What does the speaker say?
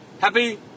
Happy